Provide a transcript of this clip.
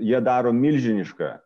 jie daro milžinišką